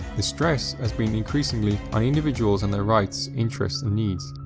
the stress has been increasingly on individuals and their rights, interests, and needs,